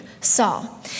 Saul